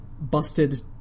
busted